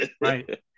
Right